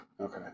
Okay